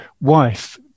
wife